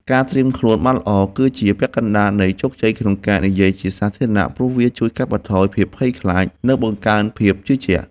ការត្រៀមខ្លួនបានល្អគឺជាពាក់កណ្ដាលនៃជោគជ័យក្នុងការនិយាយជាសាធារណៈ ព្រោះវាជួយកាត់បន្ថយភាពភ័យខ្លាច និងបង្កើនភាពជឿជាក់។